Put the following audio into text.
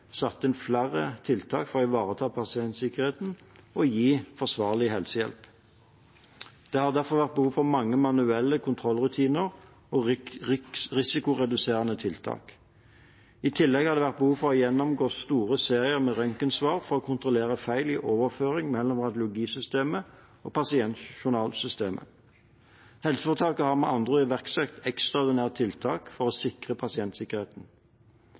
satt inn flere tiltak for å ivareta pasientsikkerheten og gi forsvarlig helsehjelp. Det har vært behov for mange manuelle kontrollrutiner og risikoreduserende tiltak. I tillegg har det vært behov for å gjennomgå store serier med røntgensvar for å kontrollere feil i overføring mellom radiologisystemet og pasientjournalsystemet. Helseforetaket har med andre ord iverksatt ekstraordinære tiltak for å sikre pasientsikkerheten.